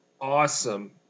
awesome